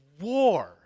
war